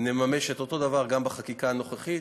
נממש את אותו דבר גם בחקיקה הנוכחית.